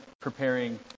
preparing